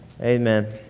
amen